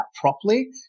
properly